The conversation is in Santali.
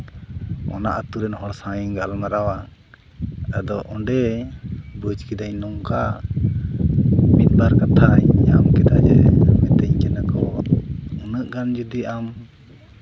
ᱚᱱᱟ ᱟᱛᱳ ᱨᱮᱱ ᱦᱚᱲ ᱥᱟᱶ ᱤᱧ ᱜᱟᱞᱢᱟᱨᱟᱣᱟ ᱟᱫᱚ ᱚᱸᱰᱮ ᱵᱩᱡᱽ ᱠᱮᱫᱟᱹᱧ ᱱᱚᱝᱠᱟ ᱢᱤᱫ ᱵᱟᱨ ᱠᱟᱛᱷᱟᱧ ᱟᱸᱡᱚᱢ ᱠᱮᱫᱟ ᱡᱮ ᱢᱤᱛᱟᱹᱧ ᱠᱟᱱᱟᱠᱚ ᱩᱱᱟᱹᱜ ᱜᱟᱱ ᱡᱩᱫᱤ ᱟᱢ